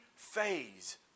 phase